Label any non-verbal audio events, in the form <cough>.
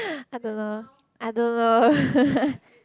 I don't know I don't know <laughs>